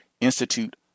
Institute